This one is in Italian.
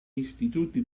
istituti